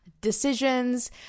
decisions